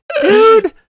dude